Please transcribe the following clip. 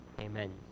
Amen